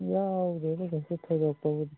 ꯌꯥꯎꯗꯦꯗ ꯀꯩꯁꯨ ꯊꯣꯏꯗꯣꯛꯄꯕꯨꯗꯤ